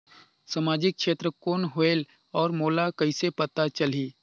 समाजिक क्षेत्र कौन होएल? और मोला कइसे पता चलही?